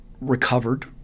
recovered